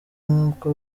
nkuko